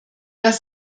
das